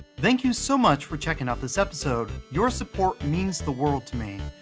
thank you so much for checking out this episode your support means the world to me.